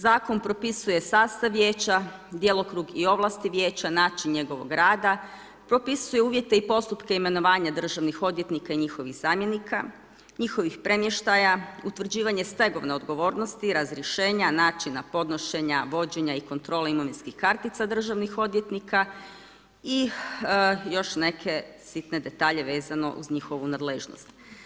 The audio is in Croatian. Zakon propisuje sastav vijeća, djelokrug i ovlasti vijeća, način njegovog rada, propisuje uvjete i postupke imenovanja državnih odvjetnika i njihovih zamjenika, njihovih premještaja, utvrđivanje stegovne odgovornosti, razrješenja, načina podnošenja, vođenja i kontrole imovinskih kartica državnih odvjetnika i još neke sitne detalje vezano uz njihovu nadležnost.